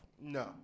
No